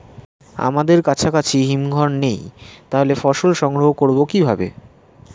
আমাদের কাছাকাছি হিমঘর নেই তাহলে ফসল সংগ্রহ করবো কিভাবে?